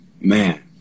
Man